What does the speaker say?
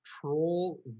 troll